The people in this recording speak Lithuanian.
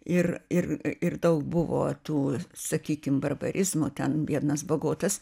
ir ir ir daug buvo tų sakykim barbarizmų ten vienas bagotas